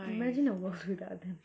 imagine a world without them